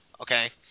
okay